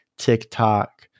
TikTok